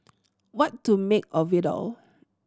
what to make of it all